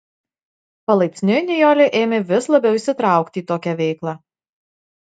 palaipsniui nijolė ėmė vis labiau įsitraukti į tokią veiklą